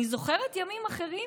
אני זוכרת ימים אחרים,